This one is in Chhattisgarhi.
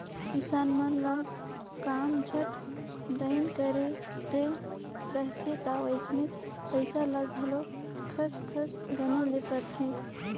किसान मन ल काम झट दाएन करे ले रहथे ता वइसने पइसा ल घलो खस खस गने ले परथे